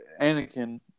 anakin